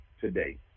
today